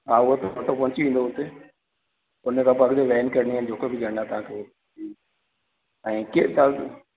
हा हूअ त ऑटो पहुंची वेंदो हुते उनखां अॻिते पोइ वेन करिणी आहे जेको बि करिणो आहे तव्हांखे ऐं की भाई